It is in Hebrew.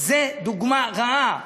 זו דוגמה רעה אחת.